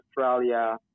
Australia